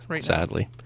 sadly